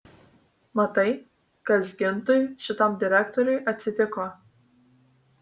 matai kas gintui šitam direktoriui atsitiko